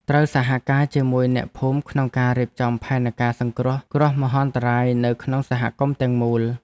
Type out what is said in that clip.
ត្រូវសហការជាមួយអ្នកភូមិក្នុងការរៀបចំផែនការសង្គ្រោះគ្រោះមហន្តរាយនៅក្នុងសហគមន៍ទាំងមូល។